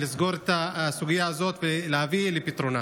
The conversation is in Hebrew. לסגור את הסוגיה הזאת ולהביא לפתרונה.